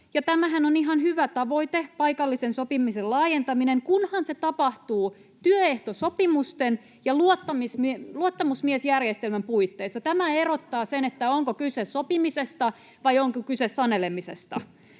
Tämähän on ihan hyvä tavoite, paikallisen sopimisen laajentaminen, kunhan se tapahtuu työehtosopimusten ja luottamusmiesjärjestelmän puitteissa. [Arja Juvonen: No niinhän se on tarkoituskin!] Tämä erottaa sen, onko kyse sopimisesta vai onko kyse sanelemisesta.